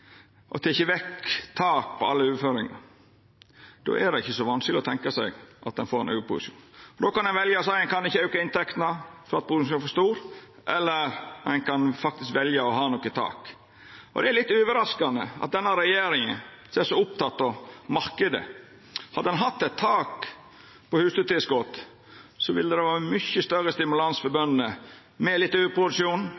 er det ikkje så vanskeleg å tenkja seg at ein får overproduksjon. Ein kan velja å seia at ein ikkje kan auka inntektene fordi produksjonen er for stor, eller ein kan faktisk velja å ha eit tak. Det er litt overraskande av denne regjeringa, som er så oppteken av marknaden, for hadde ein hatt eit tak på husdyrtilskotet, ville det ha vore ein mykje større stimulans for